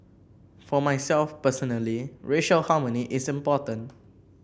for myself personally racial harmony is important